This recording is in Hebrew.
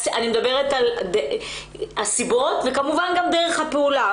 אני מדברת על הסיבות וכמובן גם דרך הפעולה.